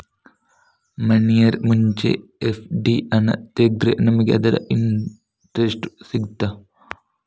One year ಮುಂಚೆ FD ಹಣ ತೆಗೆದ್ರೆ ನಮಗೆ ಅದರ ಇಂಟ್ರೆಸ್ಟ್ ಸಿಗ್ತದ?